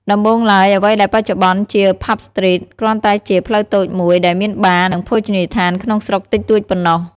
ដំបូងឡើយ អ្វីដែលបច្ចុប្បន្នជា ផាប់ ស្ទ្រីត គ្រាន់តែជា ផ្លូវតូចមួយ ដែលមានបារ និងភោជនីយដ្ឋាន ក្នុងស្រុកតិចតួចប៉ុណ្ណោះ។